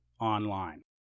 online